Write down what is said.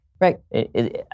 Right